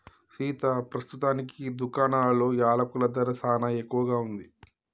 సీతా పస్తుతానికి దుకాణాలలో యలకుల ధర సానా ఎక్కువగా ఉంది